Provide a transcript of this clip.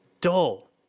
dull